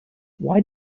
why